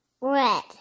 Red